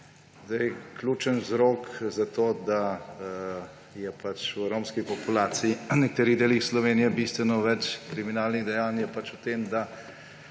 vzroki. Ključen vzrok za to, da je v romski populaciji v nekaterih delih Slovenije bistveno več kriminalnih dejanj, je pač v tem, da